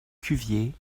cuvier